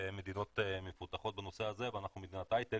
מדינות מפותחות בנושא הזה ואנחנו מדינת הייטק